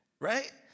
right